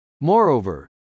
Moreover